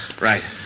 Right